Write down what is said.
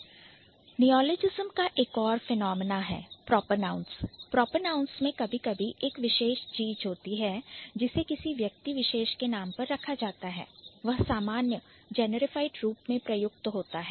Neologism का एक और phenomenon है Proper nouns Proper nouns मैं कभी कभी एक विशेष चीज होती है जिसे किसी व्यक्ति विशेष के नाम पर रखा जाता हैवह सामान्य रूप में प्रयुक्त होता है